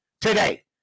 today